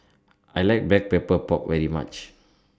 I like Black Pepper Pork very much